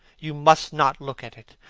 you must not look at it.